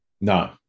no